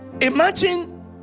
Imagine